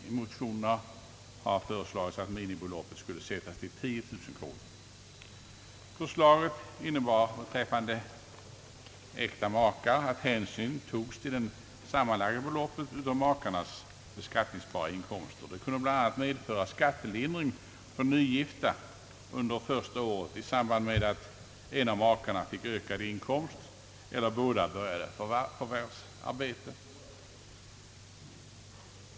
I motionerna har föreslagits att minimibeloppet skulle sättas till 10 000 kronor. Förslaget innebar beträffande äkta makar, att hänsyn togs till det sammanlagda beloppet av makarnas beskattningsbara inkomster. Det kunde bl.a. medföra skattelindring för nygifta under första året i samband med att en av makarna fick ökad inkomst eller båda började förvärvsarbete.